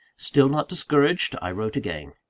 still not discouraged, i wrote again.